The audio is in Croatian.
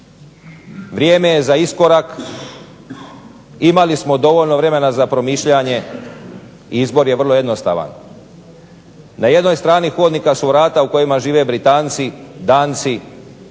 Vrijeme je za iskorak. Imali smo dovoljno vremena za promišljanje. Izbor je vrlo jednostavan. Na jednoj strani hodnika su vrata u kojima žive Britanci, Danci,